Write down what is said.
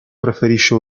preferisce